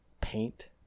paint